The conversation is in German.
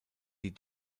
die